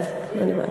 כן, אין בעיה,